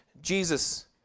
Jesus